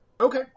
Okay